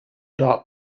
dark